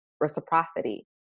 reciprocity